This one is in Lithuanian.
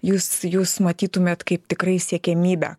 jūs jūs matytumėt kaip tikrai siekiamybę